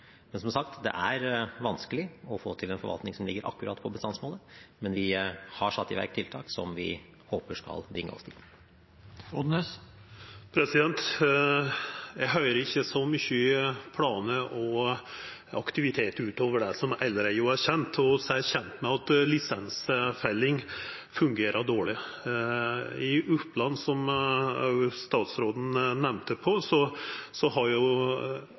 Men, som sagt, det er vanskelig å få til en forvaltning som ligger akkurat på bestandsmålet, men vi har satt i verk tiltak som vi håper skal bringe oss dit. Eg høyrer ikkje så mykje om planar og aktivitetar utover det som allereie er kjent. Vi er kjente med at lisensfelling fungerer dårleg. I Oppland, som òg statsråden nemnde, er vi inne i ein prøveperiode som per i dag har